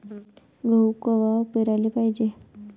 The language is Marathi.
गहू कवा पेराले पायजे?